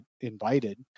invited